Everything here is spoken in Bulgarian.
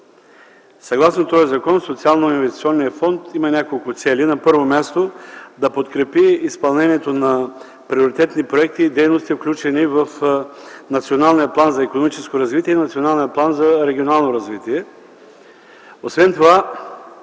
Съгласно този закон Социалноинвестиционният фонд има няколко цели. На първо място, да подкрепи изпълнението на приоритетни проекти и дейности, включени в Националния план за икономическо развитие и Националния план за регионално развитие. Освен това